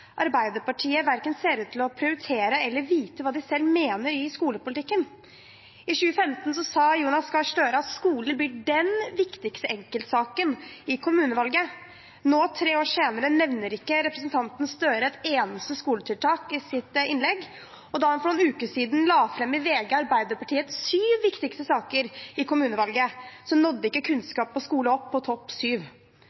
skole blir den viktigste enkeltsaken i kommunevalget. Nå, tre år senere, nevner ikke representanten Gahr Støre et eneste skoletiltak i sitt innlegg, og da han for noen uker siden i VG la fram Arbeiderpartiets syv viktigste saker i kommunevalget, nådde ikke